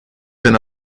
been